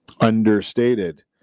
understated